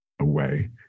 away